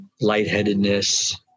lightheadedness